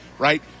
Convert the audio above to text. right